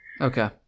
Okay